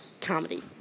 comedy